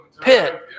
pit